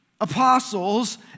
apostles